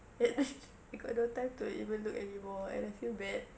and I got no time to even look anymore and I feel bad